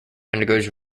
undergoes